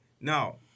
Now